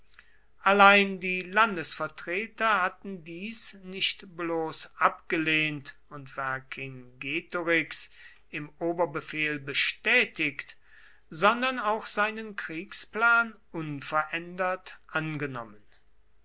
allein die landesvertreter hatten dies nicht bloß abgelehnt und vercingetorix im oberbefehl bestätigt sondern auch seinen kriegsplan unverändert angenommen